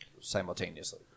simultaneously